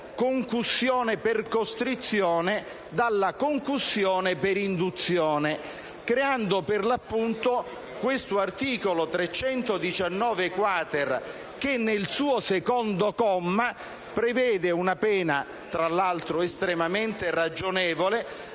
concussione per costrizione dalla concussione per induzione, creando per l'appunto l'articolo 319-*quater* che, nel suo secondo comma, prevede una pena, tra l'altro estremamente ragionevole,